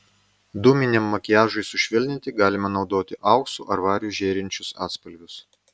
dūminiam makiažui sušvelninti galima naudoti auksu ar variu žėrinčius atspalvius